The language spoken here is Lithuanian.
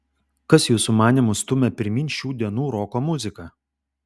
kas jūsų manymu stumia pirmyn šių dienų roko muziką